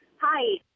Hi